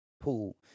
pool